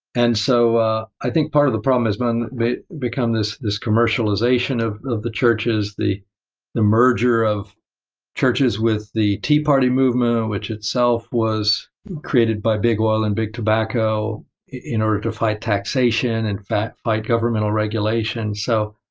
and so ah i think part of the problem is when it becomes this this commercialization of of the churches, the the merger of churches with the tea party movement, which itself was created by big oil and big tobacco in order to fight taxation and fight governmental regulation. so